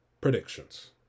predictions